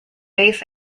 bass